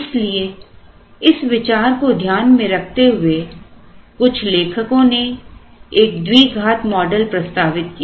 इसलिए इस विचार को ध्यान में रखते हुए कुछ लेखकों ने एक द्विघात मॉडल प्रस्तावित किया